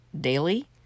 daily